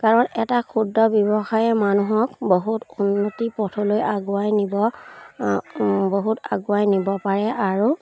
কাৰণ এটা ক্ষুদ্ৰ ব্যৱসায়ে মানুহক বহুত উন্নতি পথলৈ আগুৱাই নিব বহুত আগুৱাই নিব পাৰে আৰু